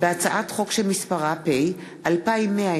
עמרם מצנע,